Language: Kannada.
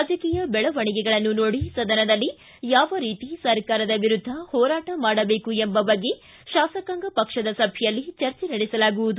ರಾಜಕೀಯ ಬೆಳವಣಿಗೆಗಳನ್ನು ನೋಡಿ ಸದನದಲ್ಲಿ ಯಾವ ರೀತಿ ಸರ್ಕಾರದ ವಿರುದ್ದ ಹೋರಾಟ ಮಾಡಬೇಕು ಎಂಬ ಬಗ್ಗೆ ಶಾಸಕಾಂಗ ಪಕ್ಷದ ಸಭೆಯಲ್ಲಿ ಚರ್ಚೆ ನಡೆಸಲಾಗುವುದು